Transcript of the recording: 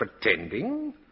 pretending